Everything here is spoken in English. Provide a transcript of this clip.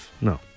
No